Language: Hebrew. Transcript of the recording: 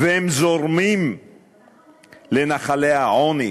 והם זורמים לנחלי העוני,